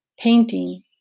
Painting